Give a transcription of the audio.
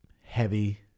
heavy